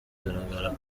kugaragara